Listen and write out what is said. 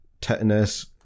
tetanus